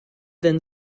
then